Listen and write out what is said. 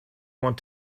want